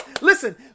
listen